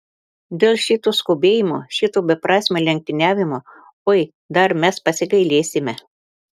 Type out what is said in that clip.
dėl šito skubėjimo šito beprasmio lenktyniavimo oi dar mes pasigailėsime